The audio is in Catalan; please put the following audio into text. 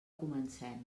comencem